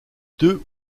deux